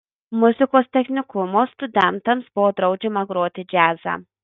muzikos technikumo studentams buvo draudžiama groti džiazą